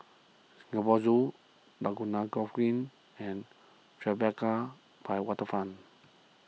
Singapore Zoo Laguna Golf Green and Tribeca by Waterfront